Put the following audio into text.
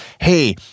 Hey